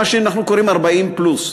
מה שאנחנו קוראים "40 פלוס",